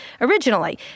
originally